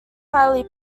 highly